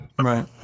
Right